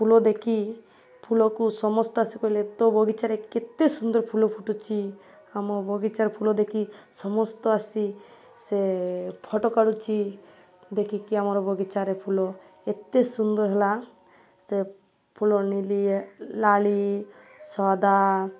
ଫୁଲ ଦେଖି ଫୁଲକୁ ସମସ୍ତ ଆସି କହିଲେ ତୋ ବଗିଚାରେ କେତେ ସୁନ୍ଦର ଫୁଲ ଫୁଟୁଛି ଆମ ବଗିଚାରେ ଫୁଲ ଦେଖି ସମସ୍ତ ଆସି ସେ ଫଟୋ କାଢୁଛି ଦେଖିକି ଆମର ବଗିଚାରେ ଫୁଲ ଏତେ ସୁନ୍ଦର ହେଲା ସେ ଫୁଲ ନିଲି ଏ ଲାଳି ସଦା